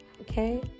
okay